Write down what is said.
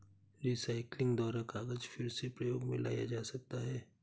recycling द्वारा कागज फिर से प्रयोग मे लाया जा सकता है